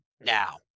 now